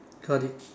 got it